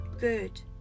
good